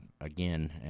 again